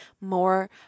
more